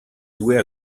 due